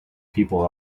people